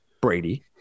Brady